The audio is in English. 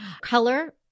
Color